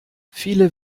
viele